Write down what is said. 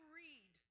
read